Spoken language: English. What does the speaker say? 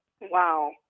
Wow